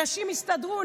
הנשים יסתדרו,